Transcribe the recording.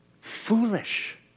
foolish